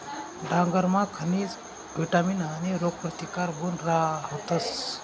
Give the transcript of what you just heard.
डांगरमा खनिज, विटामीन आणि रोगप्रतिकारक गुण रहातस